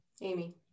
Amy